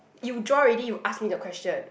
you draw already you ask me the question